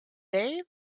day